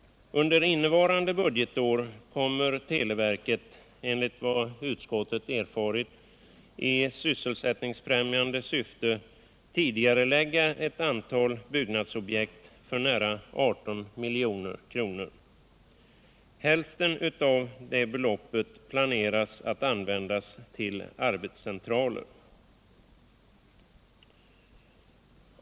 Under innevarande budgetår kommer televerket, enligt vad utskottet erfarit, att i sysselsättningsfrämjande syfte tidigarelägga ett antal byggnads = Nr 93 objekt för nära 18 milj.kr. Hälften av detta belopp planeras att användas till arbetscentraler.